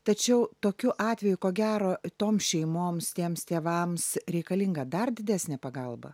tačiau tokiu atveju ko gero tom šeimoms tiems tėvams reikalinga dar didesnė pagalba